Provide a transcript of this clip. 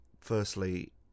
firstly